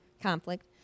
conflict